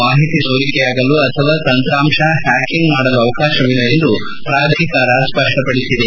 ಮಾಹಿತಿ ಸೋರಿಕೆಯಾಗಲು ಅಥವಾ ತಂತ್ರಾಂಶ ಹ್ಯಾಕಿಂಗ್ ಮಾಡಲು ಅವಕಾಶವಿಲ್ಲ ಎಂದು ಪ್ರಾಧಿಕಾರ ಸ್ಪಷ್ಪಡಿಸಿದೆ